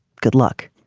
good luck.